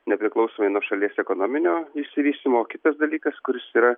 nepriklausomai nuo šalies ekonominio išsivystymo kitas dalykas kuris yra